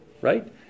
right